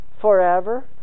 Forever